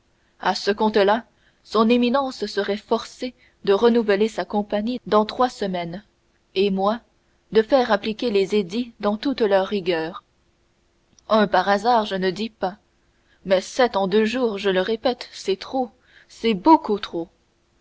à ce compte là son éminence serait forcée de renouveler sa compagnie dans trois semaines et moi de faire appliquer les édits dans toute leur rigueur un par hasard je ne dis pas mais sept en deux jours je le répète c'est trop c'est beaucoup trop